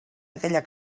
aquella